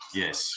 yes